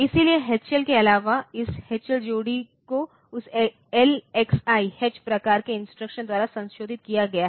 इसलिए एचएल के अलावा इस एचएल जोड़ी को उस LXI H प्रकार के इंस्ट्रक्शन द्वारा संशोधित किया गया है